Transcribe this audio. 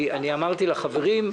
אמרתי לחברים,